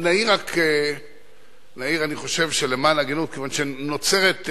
למען ההגינות נעיר, כיוון שנוצרת,